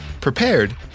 prepared